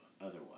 otherwise